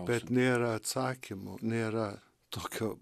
bet nėra atsakymo nėra tokio